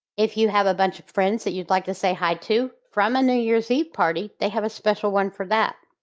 if you have a bunch of friends that you'd like to say hi to from a new year's eve party, they have a special one for that.